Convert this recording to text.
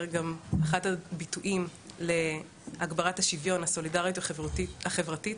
גם אחד הביטויים להגברת השוויון והסולידריות החברתית